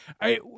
I-